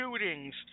shootings